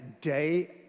day